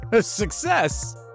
Success